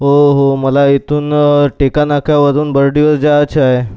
हो हो मला येथून टेका नाक्यावरून बर्डीवर जायचं आहे